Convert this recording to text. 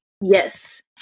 Yes